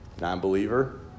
Non-believer